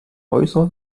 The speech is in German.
häuser